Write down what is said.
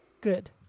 good